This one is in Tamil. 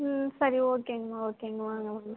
ம் சரி ஓகேங்க மா ஓகேங்க மா வாங்க வாங்க